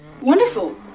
Wonderful